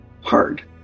hard